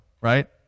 right